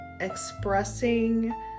expressing